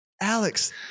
Alex